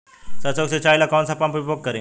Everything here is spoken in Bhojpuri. सरसो के सिंचाई ला कौन सा पंप उपयोग करी?